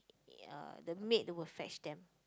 ya the maid will fetch them